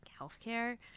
healthcare